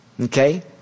Okay